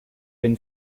been